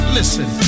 Listen